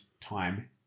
time